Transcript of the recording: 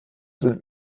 sind